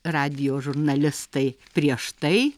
radijo žurnalistai prieš tai